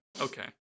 Okay